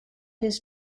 his